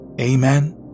Amen